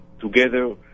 together